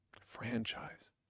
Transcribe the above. Franchise